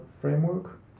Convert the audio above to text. framework